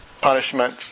punishment